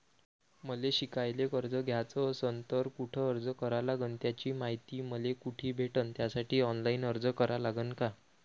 मले शिकायले कर्ज घ्याच असन तर कुठ अर्ज करा लागन त्याची मायती मले कुठी भेटन त्यासाठी ऑनलाईन अर्ज करा लागन का?